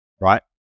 right